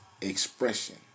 expression